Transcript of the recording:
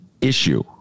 issue